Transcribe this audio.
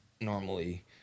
normally